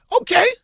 okay